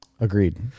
Agreed